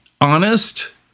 honest